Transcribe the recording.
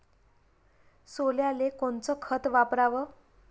सोल्याले कोनचं खत वापराव?